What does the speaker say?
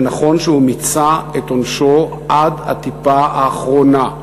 ונכון שהוא מיצה את עונשו עד הטיפה האחרונה.